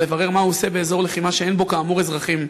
לברר מה הוא עושה באזור לחימה שאין בו כאמור אזרחים.